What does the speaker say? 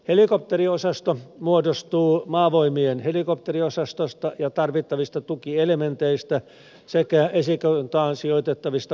helikopteriosasto muodostuu maavoimien helikopteriosastosta ja tarvittavista tukielementeistä sekä esikuntaan sijoitettavista upseereista